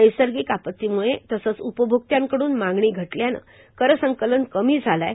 नैसर्गिक आपत्तीमुळे तसंच उपभोक्त्यांकडून मागणी घटल्यानं कर संकलन कमी झालंय